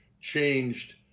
changed